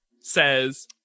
says